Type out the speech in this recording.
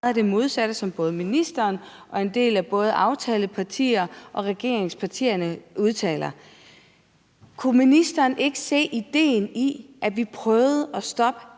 er modsat det, som både ministeren og en del af både aftalepartierne og regeringspartierne udtaler. Kunne ministeren ikke se idéen i, at vi prøvede at stoppe